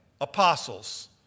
apostles